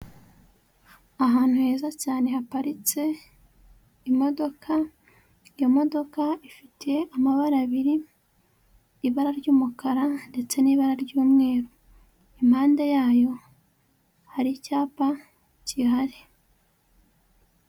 Ahantu heza cyane, haparitse imodoka, iyo modoka ifite amabara abiri, ibara ry'umukara ndetse n'ibara ry'umweru, impande yayo, hari icyapa gihari.